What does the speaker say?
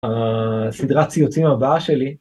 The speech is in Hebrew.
הסדרת ציוצים הבאה שלי